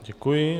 Děkuji.